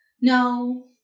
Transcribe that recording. No